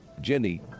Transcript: jenny